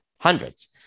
hundreds